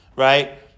right